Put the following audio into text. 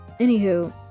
Anywho